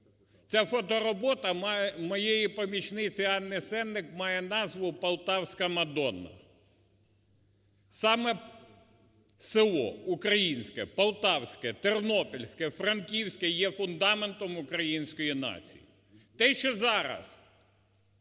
Ця фоторобота моєї помічниці Анни Сеник має назву "Полтавська Мадонна". Саме село українське, полтавське, тернопільське, франківське є фундаментом української нації. Те, що зараз